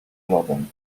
lodem